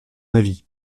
avis